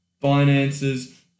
finances